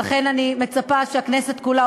ולכן אני מצפה שהכנסת כולה,